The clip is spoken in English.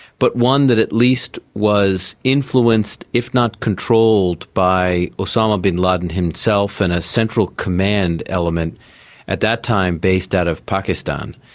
but one that at least was influenced, if not controlled by osama bin laden himself and a central command element at that time based out of pakistan,